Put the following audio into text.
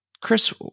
Chris